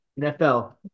NFL